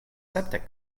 sepdek